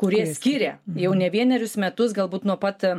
kurie skiria jau ne vienerius metus galbūt nuo pat